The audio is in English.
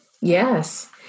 Yes